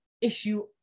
issue